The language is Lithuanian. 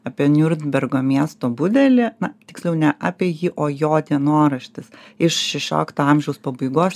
apie niurnbergo miesto budelį na tiksliau ne apie jį o jo dienoraštis iš šešiolikto amžiaus pabaigos